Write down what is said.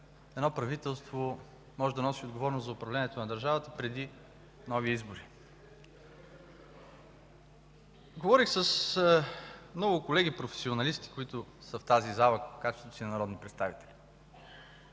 едно правителство може да носи отговорност за управлението на държавата преди нови избори. Говорих с много колеги професионалисти, които са в тази зала в качеството си на народни представители.